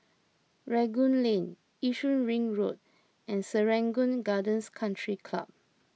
Rangoon Lane Yishun Ring Road and Serangoon Gardens Country Club